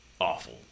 awful